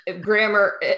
grammar